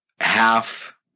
Half